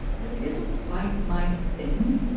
but it isn't quite my thing.